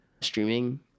streaming